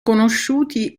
conosciuti